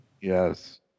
Yes